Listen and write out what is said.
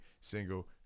single